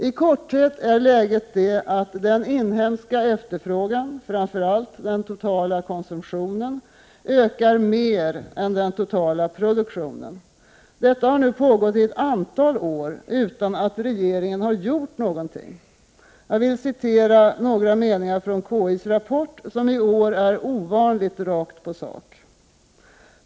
I korthet är läget sådant att den inhemska efterfrågan, framför allt den totala konsumtionen, ökar mer än den totala produktionen. Detta har nu pågått i ett antal år utan att regeringen har gjort någonting. Jag vill citera några meningar från konjunkturinstitutets rapport, som i år är ovanligt rakt på sak.